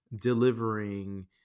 delivering